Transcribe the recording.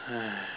!aiya!